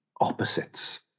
Opposites